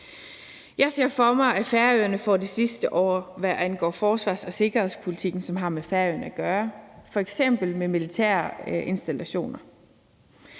Jeg ser for mig, at Færøerne får det sidste ord, hvad angår forsvars- og sikkerhedspolitik, som har med Færøerne at gøre, f.eks. med militære installationer.